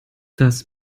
das